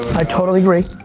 i totally agree.